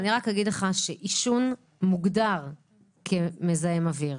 אבל אני רק אגיד לך שעישון מוגדר כמזהם אוויר.